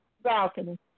balcony